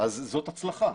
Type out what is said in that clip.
אז זאת הצלחה.